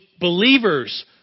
believers